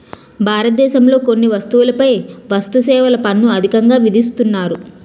భారతదేశంలో కొన్ని వస్తువులపై వస్తుసేవల పన్ను అధికంగా విధిస్తున్నారు